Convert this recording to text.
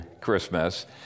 Christmas